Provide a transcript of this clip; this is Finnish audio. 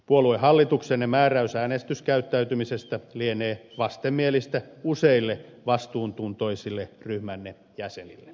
puoluehallituksenne määräys äänestyskäyttäytymisestä lienee vastenmielistä useille vastuuntuntoisille ryhmänne jäsenille